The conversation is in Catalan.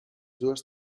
dues